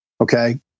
Okay